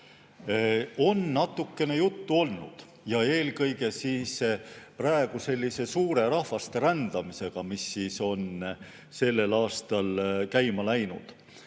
On natukene juttu olnud ja eelkõige seoses suure rahvaste rändamisega, mis on sellel aastal käima läinud.